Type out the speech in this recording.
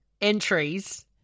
entries